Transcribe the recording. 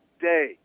day